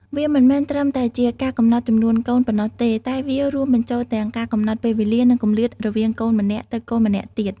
វាមិនមែនត្រឹមតែជាការកំណត់ចំនួនកូនប៉ុណ្ណោះទេ តែវារួមបញ្ចូលទាំងការកំណត់ពេលវេលា និងគម្លាតរវាងកូនម្នាក់ទៅកូនម្នាក់ទៀត។